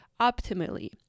optimally